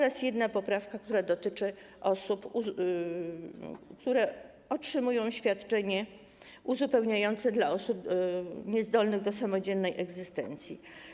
Jest też jedna poprawka, która dotyczy osób, które otrzymują świadczenie uzupełniające dla osób niezdolnych do samodzielnej egzystencji.